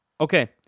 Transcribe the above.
Okay